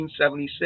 1976